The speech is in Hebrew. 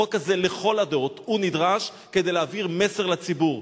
החוק הזה לכל הדעות נדרש כדי להעביר מסר לציבור.